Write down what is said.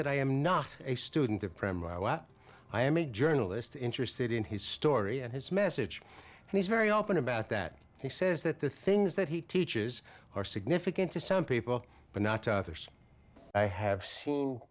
that i am not a student of primer i am a journalist interested in his story and his message and he's very open about that he says that the things that he teaches are significant to some people but not to others i have seen